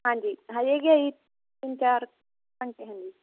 ਹਾਂਜੀ ਹੈਗੇ ਹੈ ਜੀ ਤਿੰਨ ਚਾਰ ਘੰਟੇ ਹਾਂਜੀ